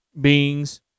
beings